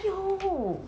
没有